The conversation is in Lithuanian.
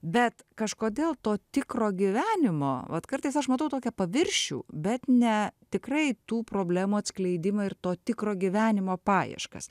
bet kažkodėl to tikro gyvenimo vat kartais aš matau tokią paviršių bet ne tikrai tų problemų atskleidimą ir to tikro gyvenimo paieškas